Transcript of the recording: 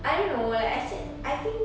I don't know like I said I think